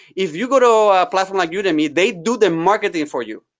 if you go to a platform like udemy, they do the marketing for you.